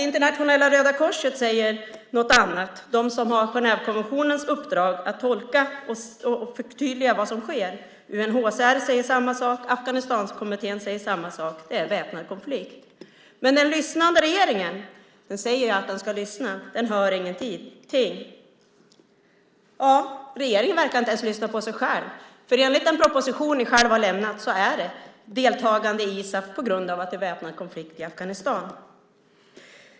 Internationella Röda Korset säger något annat - det är de som har Genèvekonventionens uppdrag att tolka och förtydliga vad som sker - och UNHCR och Afghanistankommittén säger samma sak: Det är väpnad konflikt. Men den regering som säger att den ska lyssna, den hör ingenting. Ja, regeringen verkar inte ens lyssna på sig själv. Enligt den proposition som ni själva har lämnat ska man delta i ISAF på grund av att det är väpnad konflikt i Afghanistan.